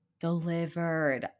delivered